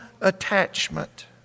attachment